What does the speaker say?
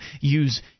use